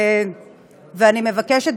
ואני מבקשת,